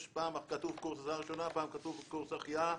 פעם כתוב קורס עזרה ראשונה ופעם כתוב קורס החייאה.